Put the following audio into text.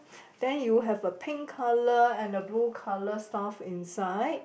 then you have a pink colour and a blue colour stuff inside